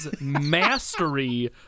mastery